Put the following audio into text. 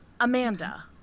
Amanda